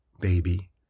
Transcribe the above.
baby